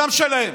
גם שלהם.